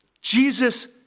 Jesus